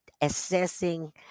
assessing